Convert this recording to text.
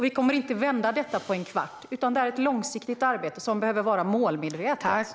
Vi kommer inte att vända detta på en kvart, utan det är ett långsiktigt arbete som behöver vara målmedvetet.